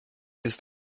ist